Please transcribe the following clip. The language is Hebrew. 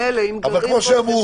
ואחר כך מתוך